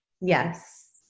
Yes